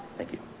thank you.